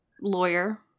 lawyer